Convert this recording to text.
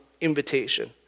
invitation